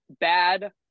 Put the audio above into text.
bad